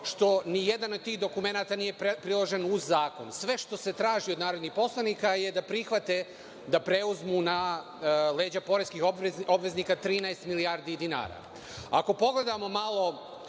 što nijedan od tih dokumenata nije priložen uz zakon. Sve što se traži od narodnih poslanika je da prihvate da preuzmu na leđa poreskih obveznika 13 milijardi dinara. Ako pogledamo malo